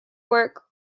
work